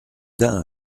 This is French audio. d’un